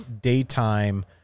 daytime